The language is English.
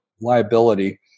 liability